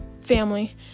family